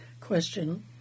question